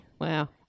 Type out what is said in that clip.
Wow